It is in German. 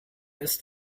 ist